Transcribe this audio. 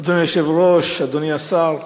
אדוני היושב-ראש, אדוני השר,